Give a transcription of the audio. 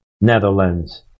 Netherlands